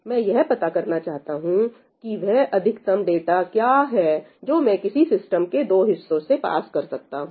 मैं यह पता करना चाहता हूं की वह अधिकतम डाटा क्या है जो मैं किसी सिस्टम के दो हिस्सों से पास कर सकता हूं